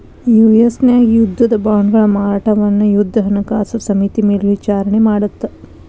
US ನ್ಯಾಗ ಯುದ್ಧದ ಬಾಂಡ್ಗಳ ಮಾರಾಟವನ್ನ ಯುದ್ಧ ಹಣಕಾಸು ಸಮಿತಿ ಮೇಲ್ವಿಚಾರಣಿ ಮಾಡತ್ತ